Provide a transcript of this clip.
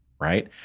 right